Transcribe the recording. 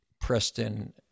Preston